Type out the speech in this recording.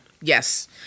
Yes